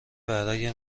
برای